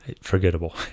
forgettable